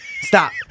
Stop